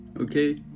okay